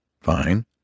Fine